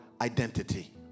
identity